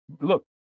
Look